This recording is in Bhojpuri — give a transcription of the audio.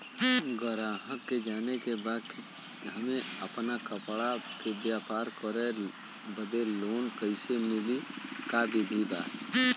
गराहक के जाने के बा कि हमे अपना कपड़ा के व्यापार बदे लोन कैसे मिली का विधि बा?